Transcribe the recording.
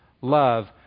love